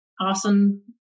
Awesome